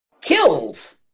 kills